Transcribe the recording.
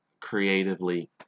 creatively